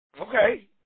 Okay